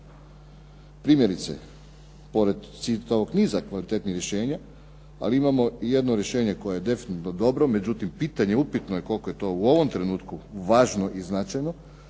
Primjerice, pored cijelog ovog niza kvalitetnih rješenja, ali imamo jedno rješenje koje je definitivno dobro, međutim pitanje je, upitno je koliko je to u ovom trenutku važno i značajno,